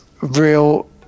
real